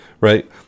right